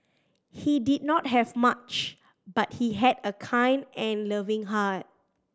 he did not have much but he had a kind and loving heart